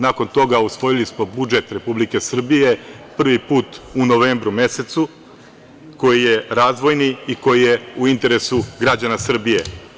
Nakon toga usvojili smo budžet Republike Srbije prvi put u novembru mesecu koji je razvojni i koji je u interesu građana Srbije.